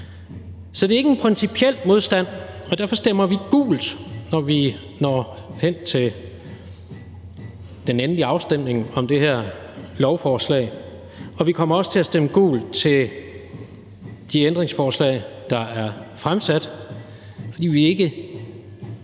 Så det er ikke en principiel modstand, og derfor stemmer vi gult, når vi når hen til den endelige afstemning om det her lovforslag, og vi kommer også til at stemme gult til de ændringsforslag, der er stillet, for vi føler